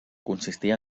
consistia